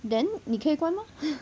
then 你可以关吗